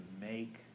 make